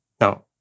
Now